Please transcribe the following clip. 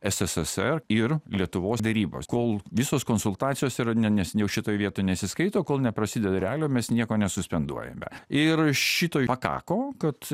sssr ir lietuvos derybos kol visos konsultacijos yra ne ne jau šitoj vie vietoj nesiskaito kol neprasideda realiai mes nieko nes suspenduojame ir šito pakako kad